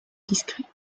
discret